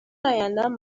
ایندم